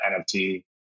NFT